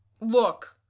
Look